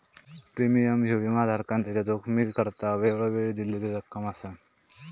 premium ह्यो विमाधारकान त्याच्या जोखमीकरता वेळोवेळी दिलेली रक्कम असा